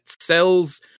sells